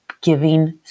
giving